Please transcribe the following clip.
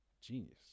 genius